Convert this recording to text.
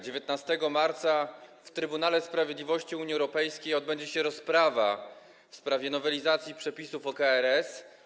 19 marca w Trybunale Sprawiedliwości Unii Europejskiej odbędzie się rozprawa w sprawie nowelizacji przepisów o KRS.